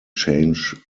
change